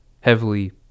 heavily